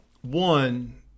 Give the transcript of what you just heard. one